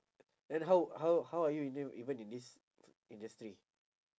then how how how are you in you even in this industry